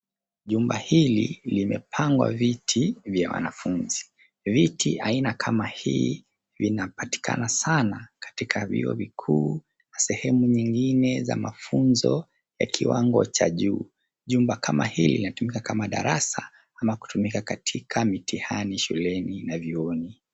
Jumba hili limepangwa viti vya wanafunzi. Viti aina ya kama hii vinapatikana sana katika vyuo vikuu, sehemu nyingine za mafunzo ya kiwango cha juu. Jumba kama hili linatumika kama darasa ama kutumika katika mitihani shuleni na vyuoni.